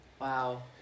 Wow